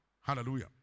Hallelujah